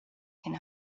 can